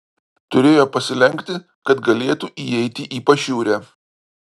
turėjo pasilenkti kad galėtų įeiti į pašiūrę